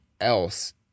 else